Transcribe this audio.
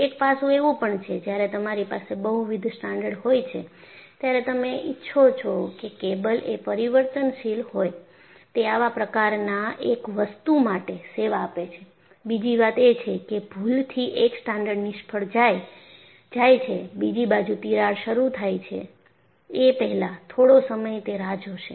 એક પાસું એવું પણ છે જ્યારે તમારી પાસે બહુવિધ સ્ટ્રાન્ડહોય છે ત્યારે તમે ઇચ્છો છો કે કેબલ એ પરીવર્તનશીલ હોય તે આવા પ્રકારના એક વસ્તુ માટે સેવા આપે છે બીજી વાત એ છે કે ભૂલથી એક સ્ટ્રાન્ડ નિષ્ફળ જાય છે બીજી બાજુ તિરાડ શરૂ થાય એ પહેલા થોડો સમય તે રાહ જોશે